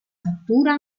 fattura